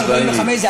עד 03:45. 03:45,